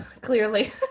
clearly